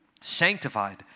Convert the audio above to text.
sanctified